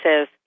says